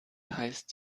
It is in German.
heißt